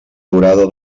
durada